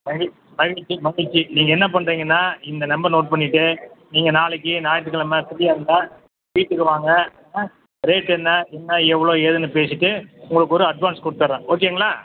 மகி மகிழ்ச்சி மகிழ்ச்சி நீங்கள் என்ன பண்றிங்கன்னால் இந்த நம்பர் நோட் பண்ணிவிட்டு நீங்கள் நாளைக்கு ஞாயித்துக்கெழம ஃப்ரீயாக இருந்தால் வீட்டுக்கு வாங்க ஆ ரேட் என்ன என்ன எவ்வளோ ஏதுன்னு பேசிவிட்டு உங்களுக்கு ஒரு அட்வான்ஸ் குடுத்தடுறேன் ஓகேங்களா